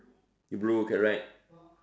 blue correct